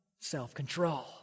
self-control